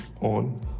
on